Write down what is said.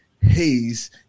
haze